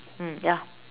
mm ya